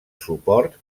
suport